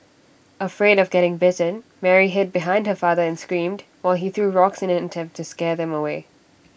afraid of getting bitten Mary hid behind her father and screamed while he threw rocks in an attempt to scare them away